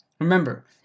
Remember